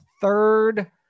third